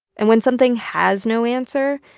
and when something has no answer,